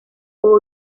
puede